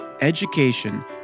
education